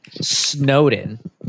Snowden